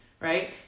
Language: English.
right